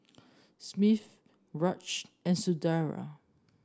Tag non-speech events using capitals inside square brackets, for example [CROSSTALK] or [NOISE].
[UNINTELLIGIBLE] Raj and Sunderlal